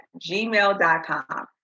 gmail.com